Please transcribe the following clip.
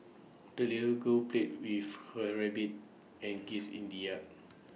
the little girl played with her rabbit and geese in the yard